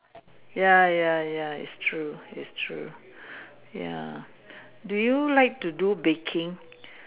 ya ya ya is true ya do you like to do baking